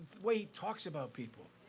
way he talks about people,